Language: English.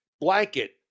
blanket